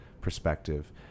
perspective